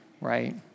right